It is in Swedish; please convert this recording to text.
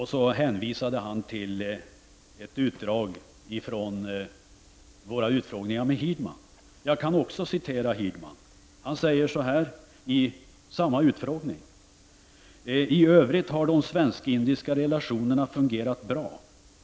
Han hänvisade till ett utdrag av vår utfrågning av Sven Hirdman. Jag kan också citera Hirdman, som säger så här i samma utfrågning: ”Tövrigt har de svensk-indiska relationerna fungerat bra.